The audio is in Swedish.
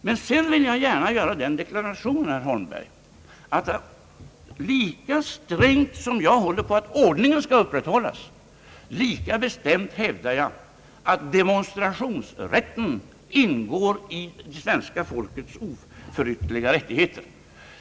Men sedan vill jag gärna göra den deklaratio nen, herr Holmberg, att lika strängt som jag håller på att ordningen skall upprätthållas, lika bestämt hävdar jag att demonstrationsrätten ingår i svenska folkets oförytterliga rättigheter.